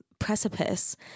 precipice